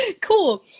Cool